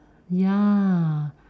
ya